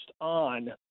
on